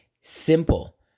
simple